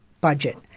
budget